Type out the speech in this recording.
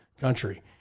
country